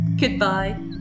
Goodbye